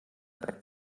reibt